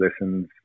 lessons